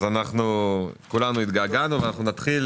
אנחנו נתחיל